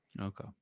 Okay